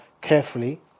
carefully